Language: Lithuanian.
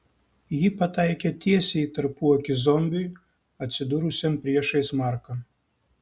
ji pataikė tiesiai į tarpuakį zombiui atsidūrusiam priešais marką